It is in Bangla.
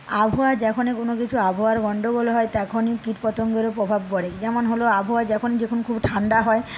আবহাওয়া যখনই কোনো কিছু আবহাওয়ার গন্ডগোল হয় তখনই কীটপতঙ্গেরও প্রভাব পড়ে যেমন হল আবহাওয়া যখন যখন খুব ঠান্ডা হয়